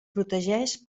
protegeix